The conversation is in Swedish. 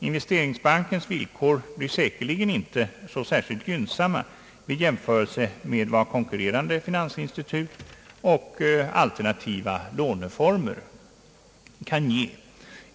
Investeringsbankens villkor blir säkerligen inte så särskilt gynnsamma i jämförelse med vad konkurrerande finansinstitut och alternativa låneformer kan ge.